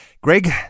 Greg